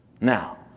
Now